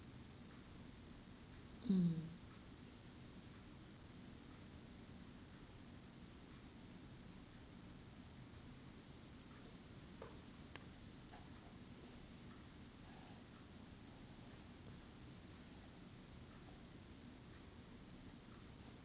mm